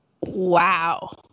wow